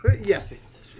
Yes